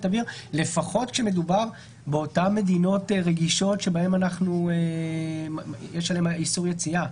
אוויר לפחות כשמדובר באותן מדינות רגישות שיש עליהן אישור יציאה.